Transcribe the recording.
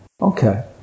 Okay